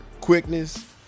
quickness